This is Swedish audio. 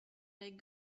mig